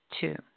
two